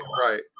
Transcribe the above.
right